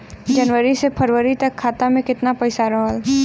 जनवरी से फरवरी तक खाता में कितना पईसा रहल?